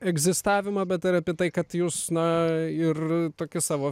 egzistavimą bet ir apie tai kad jūs na ir tokį savo